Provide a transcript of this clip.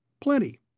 Plenty